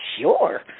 sure